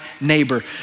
neighbor